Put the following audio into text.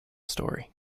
story